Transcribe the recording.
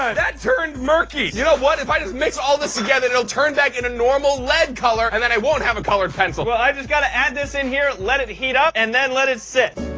that turned murky! you know what, if i just mix all this together, it'll turn back into normal lead color, and then i won't have a colored pencil. well, i just gotta add this in here, let it heat up, and then let it sit.